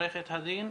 עורכת הדין?